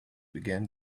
began